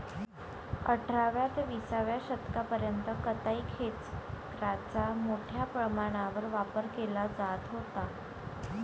अठराव्या ते विसाव्या शतकापर्यंत कताई खेचराचा मोठ्या प्रमाणावर वापर केला जात होता